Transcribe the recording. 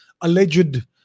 alleged